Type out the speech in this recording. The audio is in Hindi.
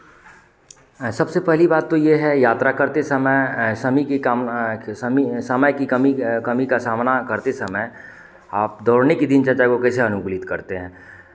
हाँ सबसे पहली बात तो ये है यात्रा करते समय समय की काम समी समय की कमी कमी का सामना करते समय आप दौड़ने की दिनचर्या को कैसे अनुकूलित करते हैं